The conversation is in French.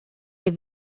les